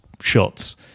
shots